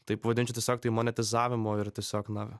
tai pavadinčiau tiesiog tai monetizavimu ir tiesiog na